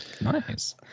Nice